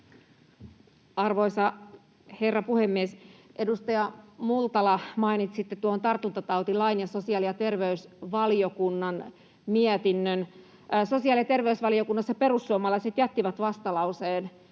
Arvoisa herra puhemies! Edustaja Multala, mainitsitte tuon tartuntatautilain ja sosiaali- ja terveysvaliokunnan mietinnön. Sosiaali- ja terveysvaliokunnassa perussuomalaiset jättivät vastalauseen